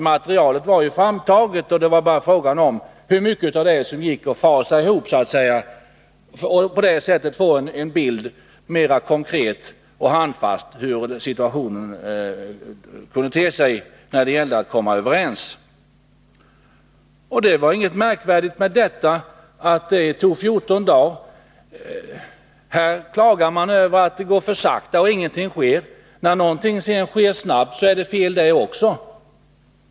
Materialet var nämligen framtaget, och det var bara fråga om att utröna hur mycket av det som gick att så att säga fasa ihop för att på det sättet få en mer konkret och handfast bild av hur situationen kunde te sig när det gällde att komma överens. Det var inget märkvärdigt med att det tog 14 dagar. Här klagar man över att det går för sakta och över att ingenting sker. När någonting sedan sker snabbt är det fel det också.